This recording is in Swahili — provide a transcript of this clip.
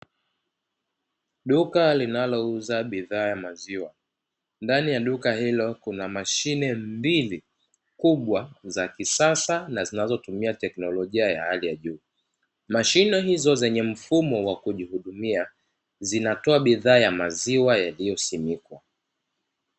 Duka linalouza bidhaa ya maziwa. Ndani ya duka hiloo kuna mashine mbili kubwa za kisasa na zinazotumika teknolojia ya hali ya juu. Mashine hizo zenye mfumo wa kujihudumia zinatoa bidhaa ya maziwa na juisi juu.